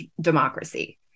democracy